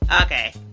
okay